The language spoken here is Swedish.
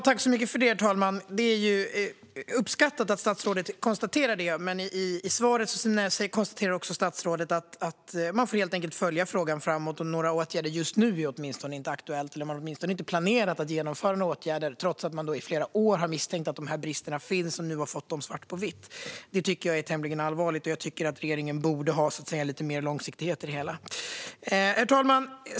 Herr talman! Det uppskattas att statsrådet konstaterar det. Men i svaret konstaterar också statsrådet att man helt enkelt får följa frågan framåt och att några åtgärder just nu inte är aktuella. Åtminstone har man inte planerat att vidta några åtgärder, trots att man i flera år har misstänkt att de här bristerna finns och nu har fått se dem svart på vitt. Det tycker jag är tämligen allvarligt. Jag tycker att regeringen borde ha lite mer långsiktighet i det hela. Herr talman!